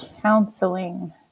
counseling